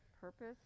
purpose